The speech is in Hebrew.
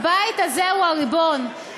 הבית הזה הוא הריבון.